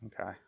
Okay